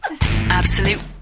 Absolute